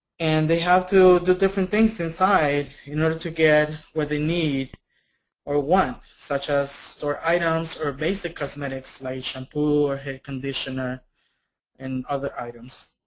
and they have to do different things inside in order to get what they need or want, such as store items or basic cosmetics like shampoo or hair conditioner and other items.